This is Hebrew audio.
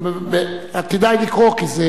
כדאי לקרוא, כי זה